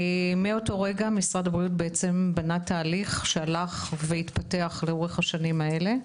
מאותו רגע משרד הבריאות בנה תהליך שהלך והתפתח לאורך השנים האלו,